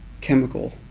Chemical